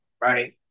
right